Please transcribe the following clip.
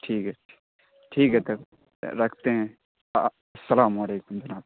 ٹھیک ہے ٹھیک ہے تب رکھتے ہیں السلام علیکم جناب